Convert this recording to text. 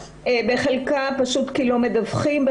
בחלקה פשוט כי לא מדווחים,